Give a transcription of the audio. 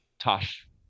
Tosh